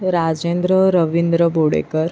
Rajendra Ravindra Bodekar